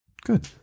Good